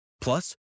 Plus